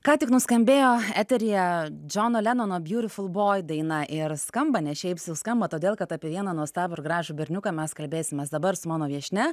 ką tik nuskambėjo eteryje džono lenono beautiful boy daina ir skamba ne šiaip sau skamba todėl kad apie vieną nuostabų ir gražų berniuką mes kalbėsimės dabar su mano viešnia